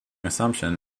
assumption